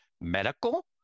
medical